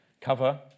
cover